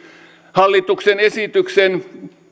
hallituksen esityksen